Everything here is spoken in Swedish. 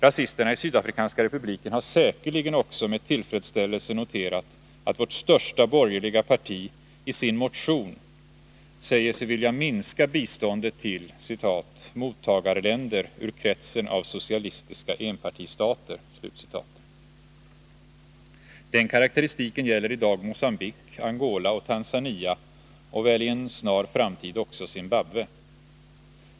Rasisterna i Sydafrikanska republiken har säkerligen också med tillfredsställelse noterat att vårt största borgerliga parti i sin motion säger sig vilja minska biståndet till ”mottagarländer ur kretsen av socialistiska enpartistater”. Den karakteristiken gäller i dag Mogambique, Angola och Tanzania och väl i en snar framtid också Zimbabwe.